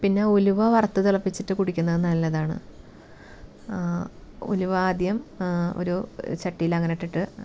പിന്നെ ഉലുവ വറുത്ത് തിളപ്പിച്ചിട്ട് കുടിക്കുന്നത് നല്ലതാണ് ഉലുവ ആദ്യം ഒരു ചട്ടിയിൽ എങ്ങനെ ഇട്ടിട്ട്